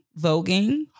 voguing